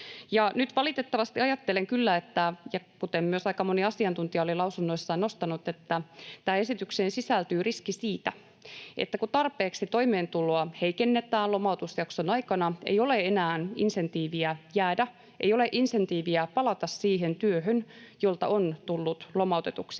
valitettavasti ajattelen kyllä, kuten myös aika moni asiantuntija oli lausunnoissaan nostanut, että tähän esitykseen sisältyy riski siitä, että kun tarpeeksi toimeentuloa heikennetään lomautusjakson aikana, ei ole enää insentiiviä jäädä, ei ole insentiiviä palata siihen työhön, jolta on tullut lomautetuksi.